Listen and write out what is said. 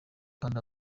kanda